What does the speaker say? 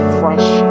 fresh